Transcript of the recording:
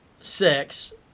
six